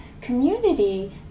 community